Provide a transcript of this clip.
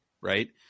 right